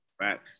Right